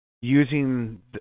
using